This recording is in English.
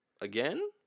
again